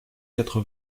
quatre